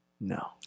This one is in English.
No